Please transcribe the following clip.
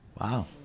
Wow